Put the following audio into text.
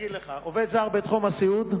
עובד זר בתחום הסיעוד,